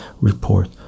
report